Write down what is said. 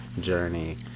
journey